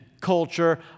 culture